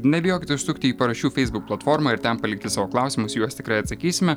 nebijokit užsukti į paraščių feisbuk platformą ir ten palikti savo klausimus į juos tikrai atsakysime